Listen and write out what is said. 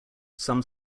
some